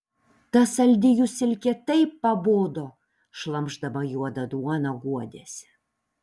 ta saldi jų silkė taip pabodo šlamšdama juodą duoną guodėsi